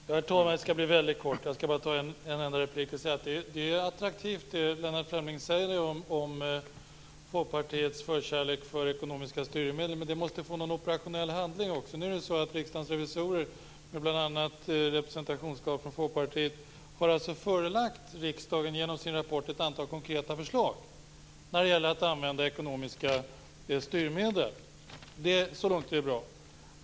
Herr talman! Jag skall fatta mig väldigt kort. Jag skall bara ta en enda replik. Det Lennart Fremling säger om Folkpartiets förkärlek för ekonomiska styrmedel är attraktivt. Men det måste till någon operationell handling också. Riksdagens revisorer, med representation från bl.a. Folkpartiet, har genom sin rapport förelagt riksdagen ett antal konkreta förslag när det gäller att använda ekonomiska styrmedel. Så långt är det bra.